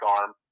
arm